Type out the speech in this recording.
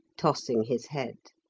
tossing his head.